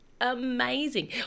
amazing